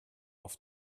auf